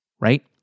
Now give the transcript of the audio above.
right